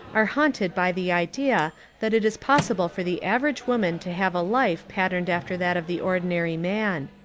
are haunted by the idea that it is possible for the average woman to have a life patterned after that of the ordi nary man.